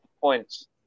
points